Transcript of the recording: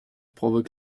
provoque